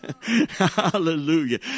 Hallelujah